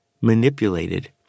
manipulated